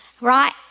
right